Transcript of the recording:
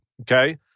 okay